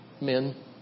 Men